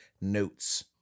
notes